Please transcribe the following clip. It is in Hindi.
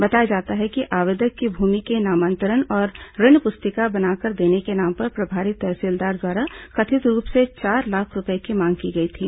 बताया जाता है कि आवेदक की भूमि के नामांतरण और ऋण पुस्तिका बनाकर देने के नाम पर प्रभारी तहसीलदार द्वारा कथित रूप से चार लाख रूपये की मांग की गई थी